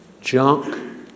junk